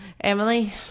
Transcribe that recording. Emily